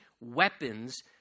weapons